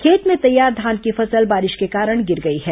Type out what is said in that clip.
खेत में तैयार धान की फसल बारिश के कारण गिर गई है